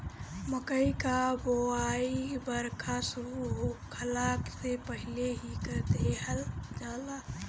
मकई कअ बोआई बरखा शुरू होखला से पहिले ही कर देहल जाला